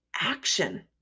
action